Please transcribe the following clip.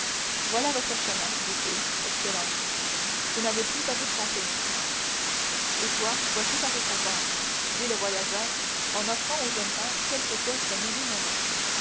voilà votre chemin dit-il excellence vous n'avez plus à vous tromper maintenant et toi voici ta récompense dit le voyageur en offrant au jeune pâtre quelques pièces de menue monnaie